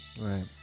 Right